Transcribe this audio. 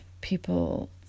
people